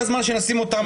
הן נחשבות מאסר לכל דבר.